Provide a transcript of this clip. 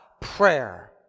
prayer